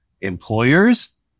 employers